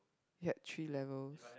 yup three levels